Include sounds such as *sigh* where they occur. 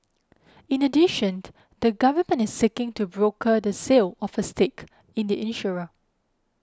in addition *unintelligible* the government is seeking to broker the sale of a stake in the insurer